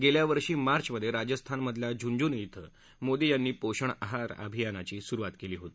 गेल्या वर्षी मार्चमधे राजस्थानमधल्या झुझनू कें मोदी यांनी पोषण आहार अभियानाची सुरुवात केली होती